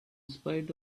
spite